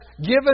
given